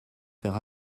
faire